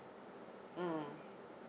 mm